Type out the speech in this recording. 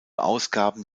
ausgaben